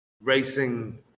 racing